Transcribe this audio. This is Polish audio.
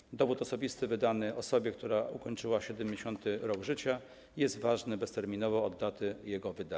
4. Dowód osobisty wydany osobie, która ukończyła 70. rok życia, jest ważny bezterminowo od daty jego wydania.